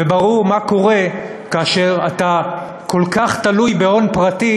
וברור מה קורה כאשר אתה כל כך תלוי בהון פרטי